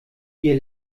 ihr